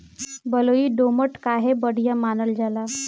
बलुई दोमट काहे बढ़िया मानल जाला?